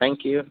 thank you